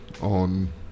on